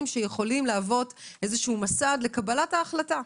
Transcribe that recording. שיכולים להוות מסד לקבלת ההחלטה.